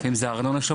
לפעמים זה הארנונה שלו,